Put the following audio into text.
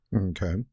Okay